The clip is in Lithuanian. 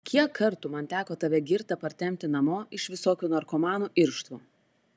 kiek kartų man teko tave girtą partempti namo iš visokių narkomanų irštvų